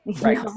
Right